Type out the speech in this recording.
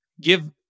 Give